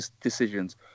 decisions